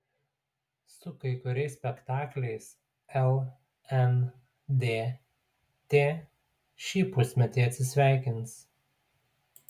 su kai kuriais spektakliais lndt šį pusmetį atsisveikins